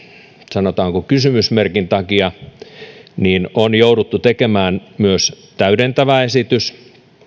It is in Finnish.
sanotaanko kysymysmerkin takia tekemään myös täydentävä esitys